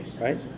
Right